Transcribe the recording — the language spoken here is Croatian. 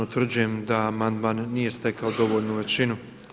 Utvrđujem da amandman nije stekao dovoljnu većinu.